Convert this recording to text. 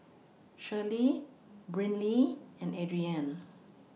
Shirlie Brynlee and Adriane